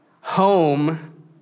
Home